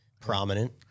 prominent